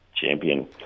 Champion